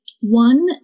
one